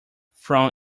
from